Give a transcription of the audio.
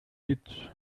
kids